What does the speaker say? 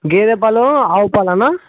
గేదె పాలు ఆవు పాలా అన్న